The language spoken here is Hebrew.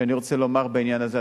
שאני רוצה לומר בעניין הזה,